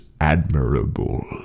admirable